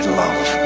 love